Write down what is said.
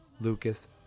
Lucas